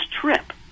trip